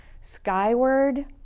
Skyward